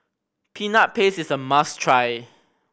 Peanut Paste is a must try